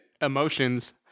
emotions